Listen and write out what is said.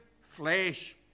flesh